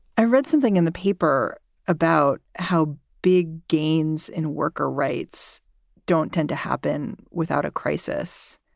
i read something in the paper about how big gains in worker rights don't tend to happen without a crisis.